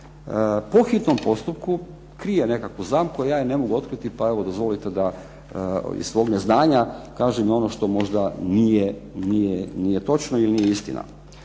po hitnom postupku, krije nekakvu zamku, a ja je ne mogu otkriti, pa evo dozvolite da iz svog neznanja kažem i ono što možda nije točno ili nije istina.